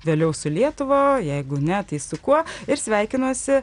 vėliau su lietuva jeigu ne tai su kuo ir sveikinuosi